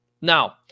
Now